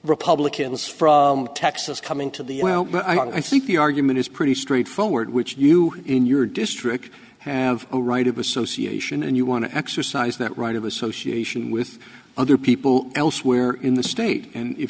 republicans from tex coming to the well i think the argument is pretty straightforward which you in your district have a right of association and you want to exercise that right of association with other people elsewhere in the state and if